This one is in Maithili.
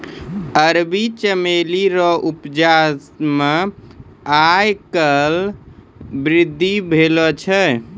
अरबी चमेली रो उपजा मे आय काल्हि वृद्धि भेलो छै